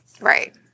Right